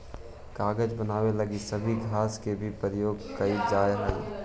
कागज बनावे लगी सबई घास के भी प्रयोग कईल जा हई